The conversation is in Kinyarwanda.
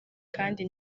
kandi